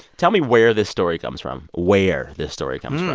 tell me where this story comes from where this story comes from.